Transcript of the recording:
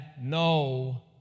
no